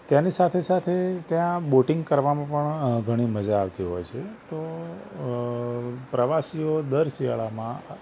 તેની સાથે સાથે ત્યાં બોટિંગ કરવાનું પણ ઘણી મજા આવતી હોય છે તો અ પ્રવાસીઓ દર શિયાળામાં